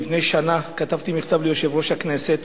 לפני שנה כתבתי מכתב ליושב-ראש הכנסת